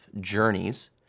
journeys